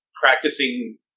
practicing